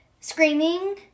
screaming